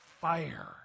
fire